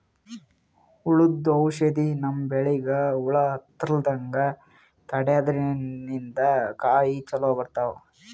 ಹುಳ್ದು ಔಷಧ್ ನಮ್ಮ್ ಬೆಳಿಗ್ ಹುಳಾ ಹತ್ತಲ್ಲ್ರದಂಗ್ ತಡ್ಯಾದ್ರಿನ್ದ ಕಾಯಿ ಚೊಲೋ ಬರ್ತಾವ್